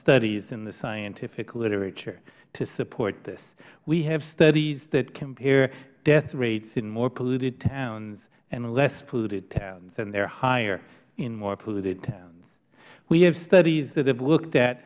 studies in the scientific literature to support this we have studies that compare death rates in more polluted towns and less polluted towns and they are higher in more polluted towns we have studies that have looked at